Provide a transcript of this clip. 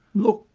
look,